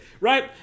Right